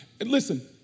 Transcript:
listen